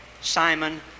Simon